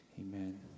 Amen